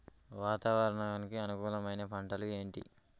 వాతావరణానికి అనుకూలమైన పంటలు ఏంటి?